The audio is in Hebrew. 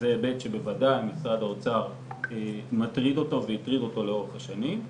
זה היבט שבוודאי מטריד את משרד האוצר והטריד אותו לאורך השנים,